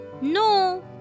No